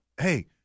Hey